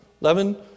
Eleven